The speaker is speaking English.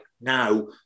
now